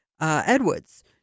Edwards